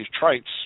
traits